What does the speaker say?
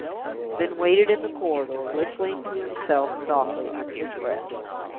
then waited in the corridor, whistling to himself softly, under his breath.